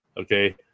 okay